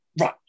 right